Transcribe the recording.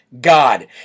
God